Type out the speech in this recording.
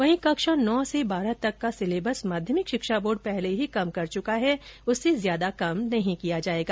वहीं कक्षा नौ से बारह तक का सिलेबस माध्यमिक शिक्षा बोर्ड पहले ही कम कर चुका है उससे ज्यादा कम नहीं किया जायेगा